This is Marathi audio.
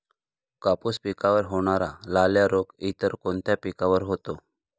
कापूस पिकावर होणारा लाल्या रोग इतर कोणत्या पिकावर होतो?